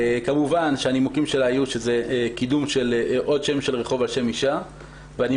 כמובן שהנימוקים שלה היו שזה עוד שם של רחוב על שם אישה והנימוק